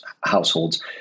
households